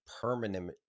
permanent